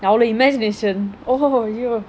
அவ்ளோ:avlo imagination oh ya